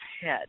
head